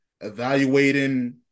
evaluating